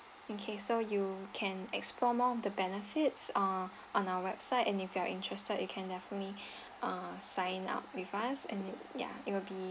okay so you can explore more of the benefits ah on our website and if you're interested you can definitely uh sign up with us and ya it will be